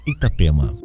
Itapema